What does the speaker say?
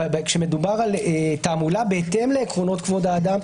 כשמדובר על תעמולה בהתאם לעקרונות כבוד האדם,